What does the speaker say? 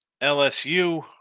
LSU